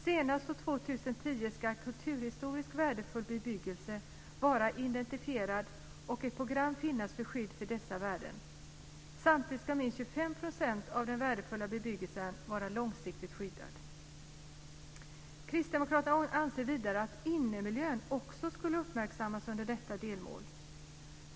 Senast år 2010 ska kulturhistoriskt värdefull bebyggelse vara identifierad och ett program finnas för skydd för dessa värden. Samtidigt ska minst 25 % av den värdefulla bebyggelsen vara långsiktigt skyddad. Kristdemokraterna anser vidare att innemiljön också skulle ha uppmärksammats under detta delmål.